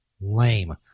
Lame